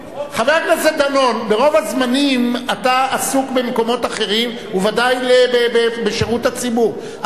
ברוב הזמנים אתה עסוק במקומות אחרים ובוודאי בשירות הציבור,